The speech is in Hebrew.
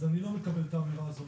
אז אני לא מקבל את האמירה הזאת,